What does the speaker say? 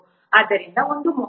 ಆದ್ದರಿಂದ 1